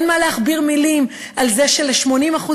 אין מה להכביר מילים על זה של-80%